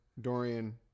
Dorian